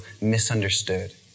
misunderstood